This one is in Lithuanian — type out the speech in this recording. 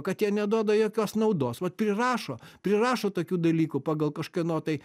kad jie neduoda jokios naudos vat prirašo prirašo tokių dalykų pagal kažkieno tai